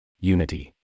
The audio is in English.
unity